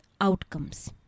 outcomes